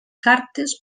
cartes